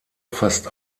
fast